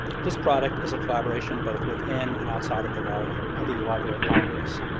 this product is a collaboration both within and outside of the wall of the library of congress.